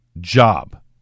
job